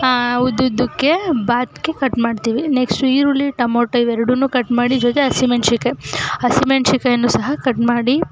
ಉದ್ದುದ್ದಕ್ಕೆ ಬಾತಿಗೆ ಕಟ್ ಮಾಡ್ತೀವಿ ನೆಕ್ಸ್ಟು ಈರುಳ್ಳಿ ಟೊಮೊಟೊ ಇವೆರಡನ್ನೂ ಕಟ್ ಮಾಡಿ ಜೊತೆಗೆ ಹಸಿಮೆಣಸಿನ್ಕಾಯಿ ಹಸಿಮೆಣಸಿನ್ಕಾಯಿಯೂ ಸಹ ಕಟ್ ಮಾಡಿ